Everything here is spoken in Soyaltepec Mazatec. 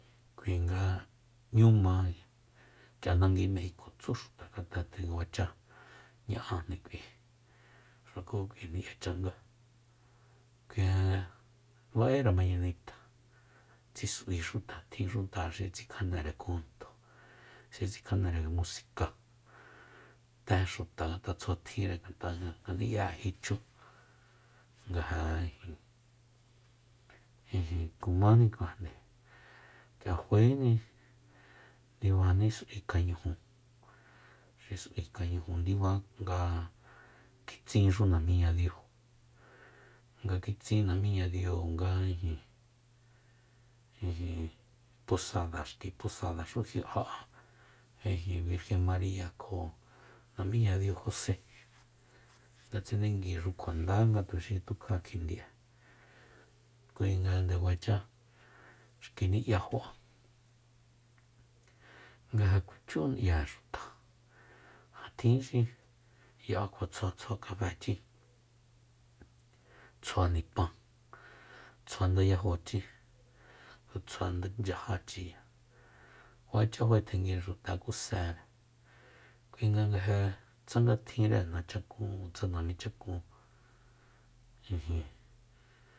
Kuinga 'ñú ma k'ia nangui mejiko tsú xuta ngat'a nde kuacha ña'ájni k'ui xuku k'ui ni'ya changá kuinga ba'ére mañanita tsi s'ui xuta tjin xuta xi tsikjanere kojunto xi tsikjanere musika té xuta ngat'a tsjuatjinre ngat'a ngani'ya'e jichú nga ijin kumáni kuajande k'ia faéni ndibani s'ui kañuju xi s'ui kañuju ndiba nga kitsinxu namíñadiu nga kitsin namiñadiu nga ijin- ijin posada xki posadaxu ji ja'a birgen maria kjo namiñadiu jose nga tsenenguixu kjua nda nga tuxi tukja kjindi'e kuinga nde kuacha xki ni'ya fa'a nga ja kjuichú ni'ya'e xuta ja tjin xi ya'a kjuatsjua ja tsjua kafechi tsjua nipan tsjua ndayajochi tsjua nchyajachiya kuacha fae tjenguire xuta kú séere kuinga nga ja tsanga tjinre nachakun tsa namichakun ijin